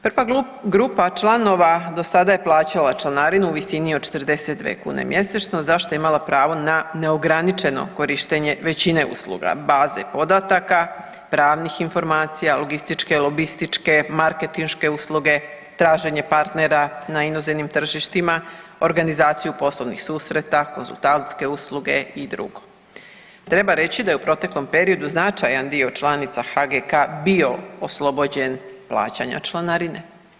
Prva grupa članova do sada je plaćala članarinu u visini od 42 kune mjesečno za što je imala pravo na neograničeno korištenje većine usluge: baze podataka, pravnih informacija, logističke, lobističke, marketinške usluge, traženje partnera na inozemnim tržištima, organizaciju poslovnih susreta, konzultantske usluge i dr. Treba reći da je u proteklom periodu značajan dio članica HGK-a bio oslobođen plaćanja članarine.